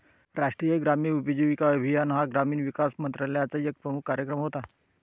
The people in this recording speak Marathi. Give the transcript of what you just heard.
राष्ट्रीय ग्रामीण उपजीविका अभियान हा ग्रामीण विकास मंत्रालयाचा एक प्रमुख कार्यक्रम होता